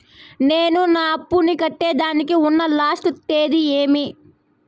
నేను నా అప్పుని కట్టేదానికి ఉన్న లాస్ట్ తేది ఏమి?